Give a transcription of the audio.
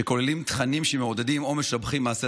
שכוללים תכנים שמעודדים או משבחים מעשי